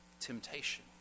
temptation